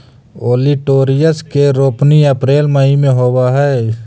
olitorius के रोपनी April मई में होवऽ हई